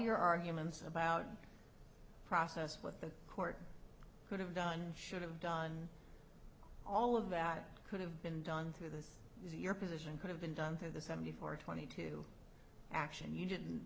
your arguments about process what the court could have done should have done all of that it could have been done this is your position could have been done in the seventy four twenty two action you didn't